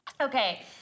Okay